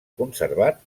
conservat